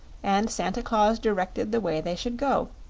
and santa claus directed the way they should go,